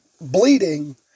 bleeding